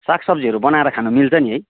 सागसब्जीहरू बनाएर खान मिल्छ नि है